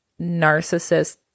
narcissist